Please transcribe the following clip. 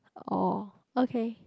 oh okay